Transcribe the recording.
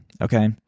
okay